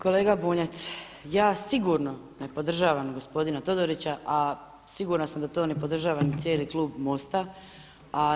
Kolega Bunjac, ja sigurno ne podržavam gospodina Todorića, a sigurna sam da to ne podržava ni cijeli Klub MOST-a.